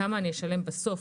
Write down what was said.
כמה אשלם בסוף